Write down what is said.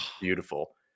beautiful